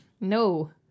No